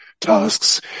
tasks